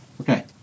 Okay